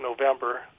November